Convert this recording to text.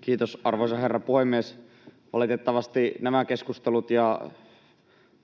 Kiitos, arvoisa herra puhemies! Oletettavasti nämä keskustelut ja